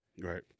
Right